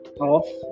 off